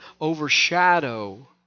overshadow